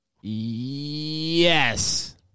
Yes